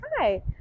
Hi